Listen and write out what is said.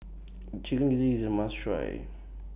Chicken Gizzard IS A must Try